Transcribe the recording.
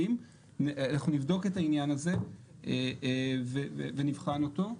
אנחנו נבדוק את העניין הזה ונבחן אותו.